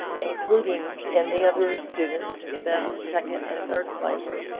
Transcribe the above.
including and the other students, the second and third place,